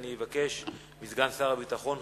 אני אבקש מסגן שר הביטחון,